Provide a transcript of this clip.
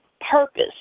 purpose